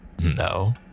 No